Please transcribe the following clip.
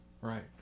Right